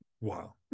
Wow